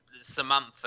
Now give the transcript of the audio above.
Samantha